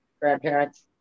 grandparents